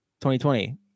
2020